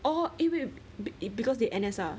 orh 因为 because they N_S ah